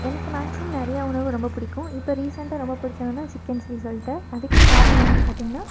எனக்கு மேக்ஸிமம் நிறையா உணவு ரொம்ப பிடிக்கும் இப்போ ரீசெண்டாக ரொம்ப பிடிச்சது என்னென்னா சிக்கன் சில்லி சொல்லிட்டு அதுக்கு காரணம் என்னென்னு பார்த்திங்கனா